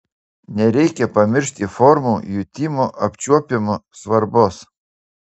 nereikia pamiršti formų jutimo apčiuopimu svarbos